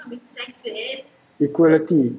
equality